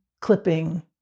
clipping